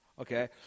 Okay